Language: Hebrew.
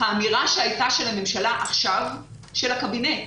האמירה של הממשלה שהייתה עכשיו, של הקבינט,